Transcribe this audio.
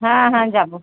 হ্যাঁ হ্যাঁ যাবো